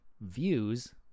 views